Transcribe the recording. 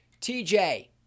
TJ